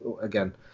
again